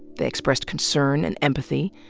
they expressed concern and empathy.